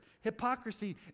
hypocrisy